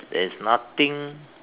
there is nothing